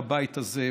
בבית הזה,